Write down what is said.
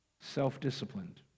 self-disciplined